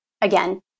again